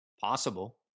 possible